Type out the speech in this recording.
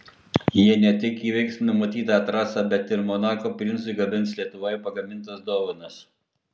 jie ne tik įveiks numatytą trasą bet ir monako princui gabens lietuvoje pagamintas dovanas